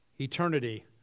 eternity